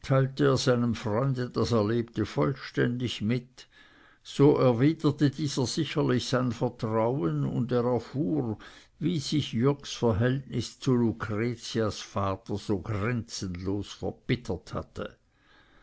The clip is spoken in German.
seinem freunde das erlebte vollständig mit so erwiderte dieser sicherlich sein vertrauen und er erfuhr wie sich jürgs verhältnis zu lucretias vater so grenzenlos verbittert hatte